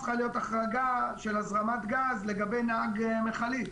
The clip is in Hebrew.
צריכה להיות החרגה של הזרמת גז לגבי נהג מכלית.